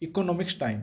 economics time